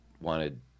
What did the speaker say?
wanted